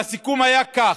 והסיכום היה כך: